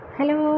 Hello